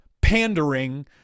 pandering